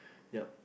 ya